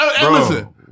bro